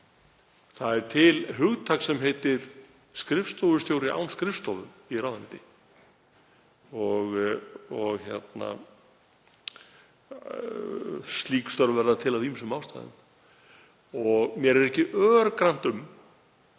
Það er til hugtak sem heitir skrifstofustjóri án skrifstofu í ráðuneyti og slík störf verða til af ýmsum ástæðum. Mér er ekki örgrannt um